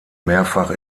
mehrfach